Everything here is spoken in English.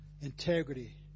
integrity